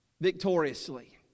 victoriously